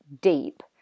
deep